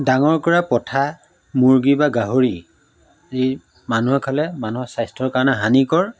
ডাঙৰ কৰা পথা মুৰ্গী বা গাহৰি মানুহে খালে মানুহৰ স্বাস্থ্যৰ কাৰণে হানিকৰ